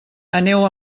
aneu